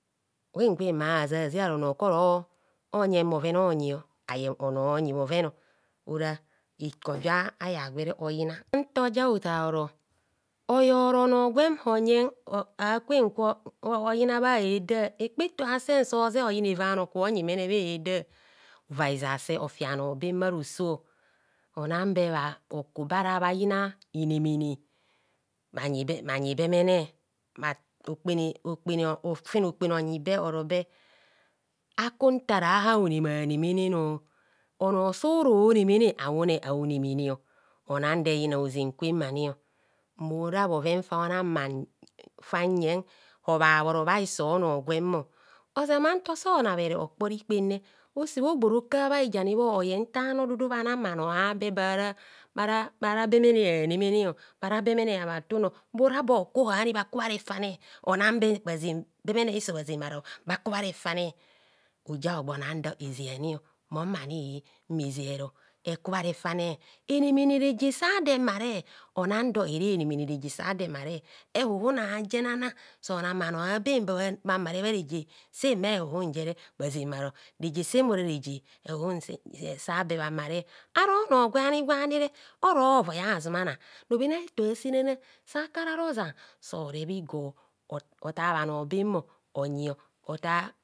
Gwen gwen ma azearo ono koron yė bhoven onyio aye onor onyi bhoven ora ikorja aya gwere oyina ntoja otaro oro oyeono ono gwen ojen akwen kwa oyina ntoja otaro oro oyeoro ono gwen ojen akwen kwa oyina ntoja otaro oro oyeoro ono gwen ojen akwem kwa oyina bha heda hekpa eto asen soze oyina evana oko nyi mene bhaheda ova hizase ofi bhano bem bharoso ona be oku be ara bha yina inemene bhanyi bemene ofene okpene onyi be oro be aku ntara haonemane mene nor onor sora honemene awoone aonemene onan do eyina ozen kwem ani mora bhoven fabhona, fanyen obha obhoro bhaiso ono gwen ozama nto sona bhere okpor rikpem osobho ogboro ka bhahijani bhor oyen nta ano dudu bhana bhanor ȧbe bara bhara bemene á nemene bara bemene habha tuno bova be oku nhani bhaku bha refane ona be bha zen bemene hiso bharo bhakubha refane ojia ogbonan dor eze ani mom anie mme ze ero ekubha refane enemene reje sa do emare onando ere nemene reje sa dor emare ehuhun aje nana sona bhano aben ba bhamare bha reje sen bhehuhun jere bhazen bharo rejesem ora reje ehuhu sa be bhamare orono gwani gwanire orovoi azumana robhen a eto asenana sakara rozan so reb igor otar bhanor bem onyi otar